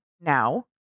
now